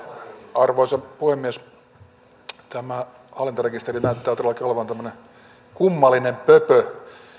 arvoisa puhemies tämä hallintarekisteri näyttää todellakin olevan tämmöinen kummallinen pöpö